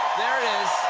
there it is.